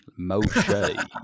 Moshe